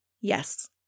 Yes